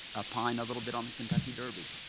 opine a little bit on the kentucky derby.